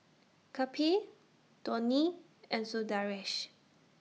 Kapil Dhoni and Sundaresh